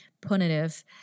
punitive